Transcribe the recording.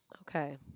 Okay